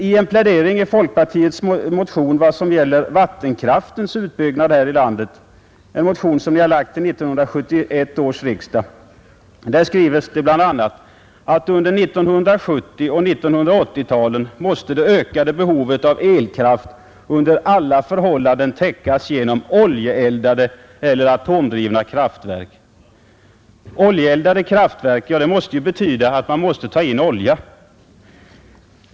I pläderingen i en motion om vattenkraftens utbyggnad här i landet, som folkpartiet och bl.a. herr Ahlmark har lagt fram till 1971 års riksdag, skrivs det bl.a. att under 1970 och 1980-talen måste det ökade behovet av elkraft under alla förhållanden täckas genom oljeeldade eller atomdrivna kraftverk. Oljeeldade kraftverk — det betyder ju att man måste ta in olja.